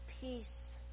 peace